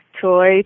toy